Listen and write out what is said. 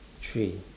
three